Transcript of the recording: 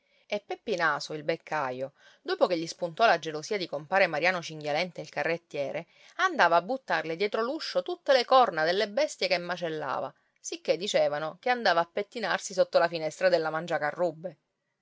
e peppi naso il beccaio dopo che gli spuntò la gelosia di compare mariano cinghialenta il carrettiere andava a buttarle dietro l'uscio tutte le corna delle bestie che macellava sicché dicevano che andava a pettinarsi sotto la finestra della mangiacarrubbe